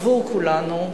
עבור כולנו,